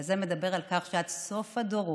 אז זה מדבר על כך שעד סוף הדורות,